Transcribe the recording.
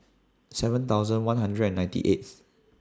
seven thousand one hundred and ninety eighth